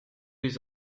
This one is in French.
les